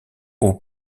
haut